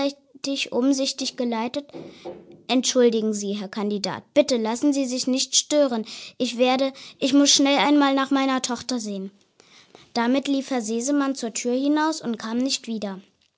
wenn allseitig umsichtig geleitet entschuldigen sie herr kandidat bitte lassen sie sich nicht stören ich werde ich muss schnell einmal nach meiner tochter sehen damit lief herr sesemann zur tür hinaus und kam nicht wieder